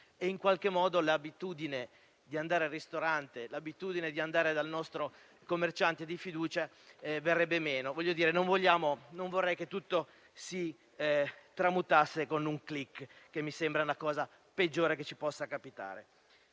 e città e l'abitudine di andare al ristorante o dal nostro commerciante di fiducia verrebbe meno. Non vorrei che tutto si tramutasse in un *click*, che mi sembra la cosa peggiore che ci possa capitare.